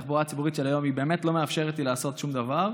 התחבורה הציבורית של היום באמת לא מאפשרת לי לעשות שום דבר.